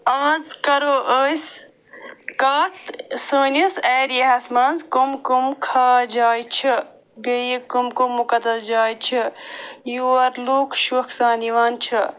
آز کَر و أسۍ کَتھ سٲنِس اٮ۪رِیاہس منٛز کَم کَم خاص جایہِ چھِ بیٚیہِ کَم کَم مُقدس جایہِ چھِ یور لُکھ شوقہٕ سان یِوان چھِ